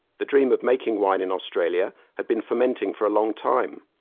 the dream of making wine in australia had been fermenting for a long time.